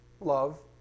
Love